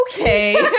okay